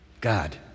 God